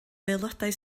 aelodau